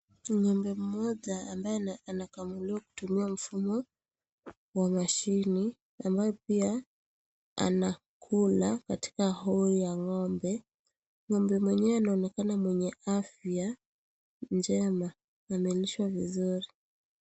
Ngombe mmoja amabye anakamuliwa kutumia mfumo wa mashine ambaye pia anakula katika hori ya ngombe, ngombe mwenyewe anaonekana mwenye afya njema, analishwa vizuri.